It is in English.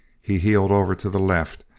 he heeled over to the left,